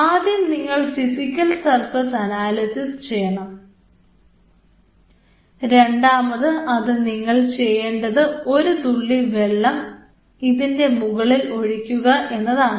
ആദ്യം നിങ്ങൾ physical surface analysis ചെയ്യണം രണ്ടാമത് അത് നിങ്ങൾ ചെയ്യേണ്ടത് ഒരു തുള്ളി വെള്ളം ഇതിൻറെ മുകളിൽ ഒഴിക്കുക എന്നതാണ്